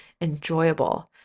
enjoyable